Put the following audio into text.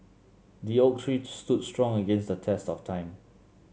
the oak tree stood strong against the test of time